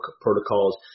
protocols